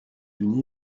unis